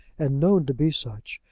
and known to be such,